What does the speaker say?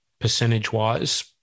percentage-wise